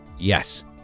Yes